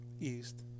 East